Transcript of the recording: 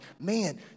man